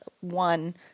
one